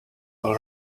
all